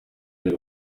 ari